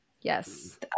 Yes